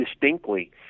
distinctly